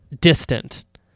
distant